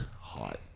hot